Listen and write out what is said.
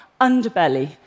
underbelly